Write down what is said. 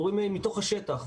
קורים מתוך השטח.